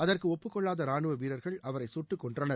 அதற்கு ஒப்பு கொள்ளாத ரானுவ வீரர்கள் அவரை கட்டுக்கொன்றனர்